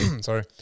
Sorry